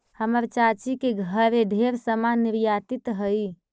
हमर चाची के घरे ढेर समान निर्यातित हई